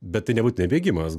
bet tai nebūtinai bėgimas